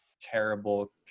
terrible